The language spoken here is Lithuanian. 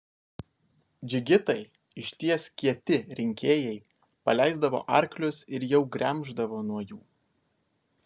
džigitai iš ties kieti rinkėjai paleisdavo arklius ir jau gremždavo nuo jų